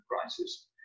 crisis